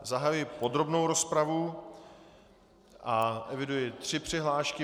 Zahajuji podrobnou rozpravu a eviduji tři přihlášky.